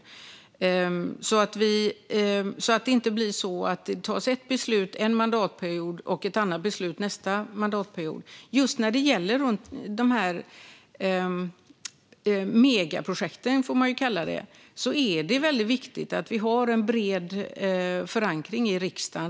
Det får inte bli så att det tas ett beslut en mandatperiod och ett annat beslut nästa mandatperiod. Just när det gäller de här megaprojekten, får man väl kalla dem, är det viktigt att besluten är väl förankrade här i riksdagen.